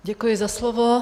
Děkuji za slovo.